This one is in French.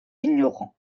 ignorant